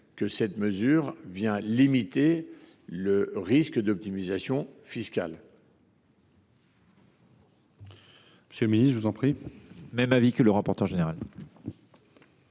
que cette mesure vient limiter le risque d’optimisation fiscale.